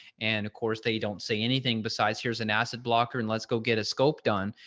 and of course, they don't say anything besides here's an acid blocker and let's go get a scope done.